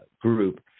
group